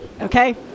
Okay